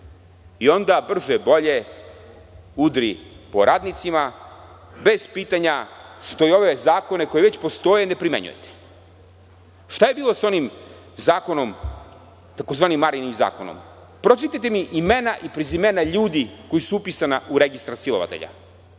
i onda brže bolje udri po radnicima.Zašto ove zakone koji već postoje ne primenjujete? Šta je bilo sa onim zakonom, tzv. Marijinim zakonom? Pročitajte mi imena i prezimena ljudi koji su upisani u Registar silovatelja